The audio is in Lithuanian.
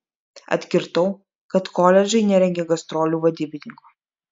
atkirtau kad koledžai nerengia gastrolių vadybininko